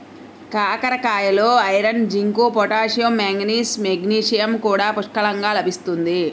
కాకరకాయలలో iron, zinc, potassium, manganese, magnesium కూడా పుష్కలంగా లభిస్తుంది